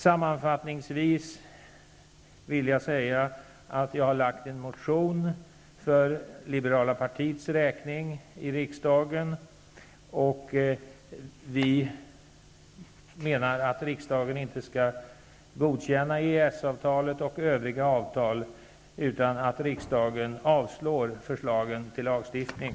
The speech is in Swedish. Sammanfattningsvis vill jag säga att jag har väckt en motion i riksdagen för Liberala partiets räkning. Vi menar att riksdagen inte skall godkänna EES avtalet och övriga avtal, utan att riksdagen avslår förslagen till lagstiftning.